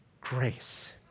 Grace